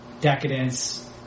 decadence